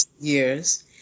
years